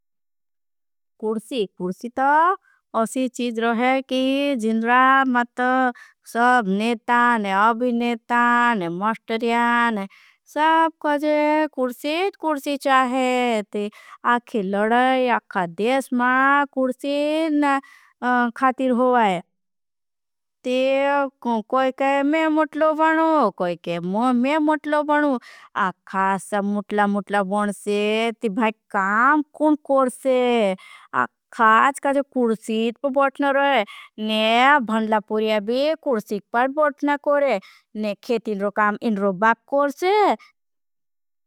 कुर्शी कुर्शी तो अशी चीज रहे की जिन्रा, मातर, सब नेतान, अभीनेतान। मास्टर्यान सब को जे कुर्शी कुर्शी चाहे ते आखे लड़ाई अखा देश मा। कुर्शी खातीर होगाई ते कोई के में मुटलो बनू अखा सब मुटला मुटला बन। शे तिभाई काम कुण कर शे अखा आज काज कुर्शी पर बतन रहे ने। भन्डलापुरियाबी कुर्शी पर बतन करे ने खेतिनर काम इनरो बाप कर शे।